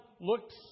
looks